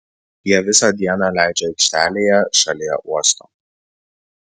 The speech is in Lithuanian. jie visą dieną leidžia aikštelėje šalie uosto